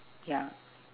ya